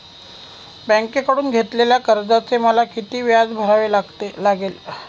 बँकेकडून घेतलेल्या कर्जाचे मला किती व्याज भरावे लागेल?